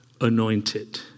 anointed